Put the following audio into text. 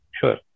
sure